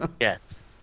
Yes